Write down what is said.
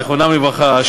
זיכרונם לברכה,